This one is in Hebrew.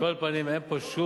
על כל פנים, אין פה שום